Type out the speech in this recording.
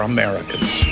Americans